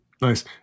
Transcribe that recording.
Nice